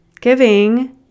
Giving